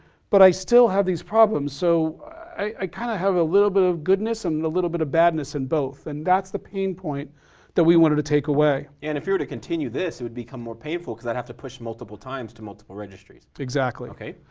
but i still have these problems. so i kinda have a little bit of goodness and a little bit of badness in both, and that's the pain point that we wanted to take away. and if you were to continue this, it would become more painful because i'd to push multiple times to multiple registries. exactly. okay.